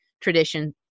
tradition